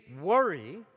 worry